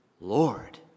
Lord